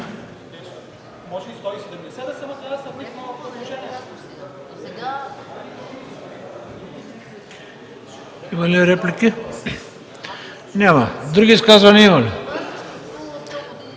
Има ли реплики? Няма. Други изказвания има ли?